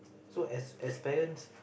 so as as parents